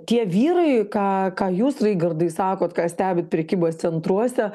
tie vyrai ką ką jūs raigardai sakot ką stebit prekybos centruose